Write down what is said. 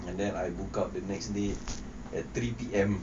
and then I woke up the next day at three P_M